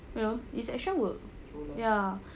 you know it's extra work